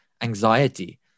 anxiety